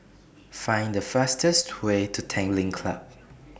Find The fastest Way to Tanglin Club